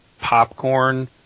popcorn